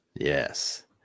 Yes